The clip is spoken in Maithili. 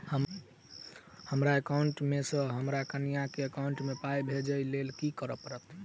हमरा एकाउंट मे सऽ हम्मर कनिया केँ एकाउंट मै पाई भेजइ लेल की करऽ पड़त?